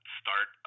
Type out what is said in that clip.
start